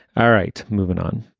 all right. moving on,